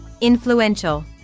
Influential